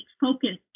focus